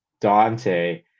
Dante